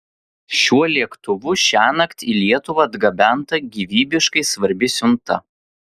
šiuo lėktuvu šiąnakt į lietuvą atgabenta gyvybiškai svarbi siunta